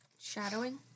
Shadowing